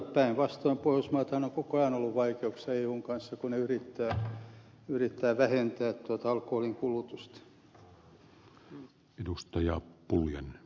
päinvastoin pohjoismaathan ovat koko ajan olleet vaikeuksissa eun kanssa kun ne yrittävät vähentää tuota alkoholinkulutusta